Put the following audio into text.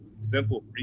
Simple